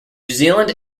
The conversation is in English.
zealand